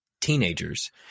teenagers